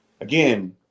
again